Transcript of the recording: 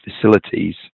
facilities